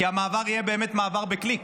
כי המעבר יהיה באמת מעבר בקליק.